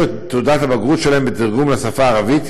את תעודת הבגרות שלהם בתרגום לשפה הערבית,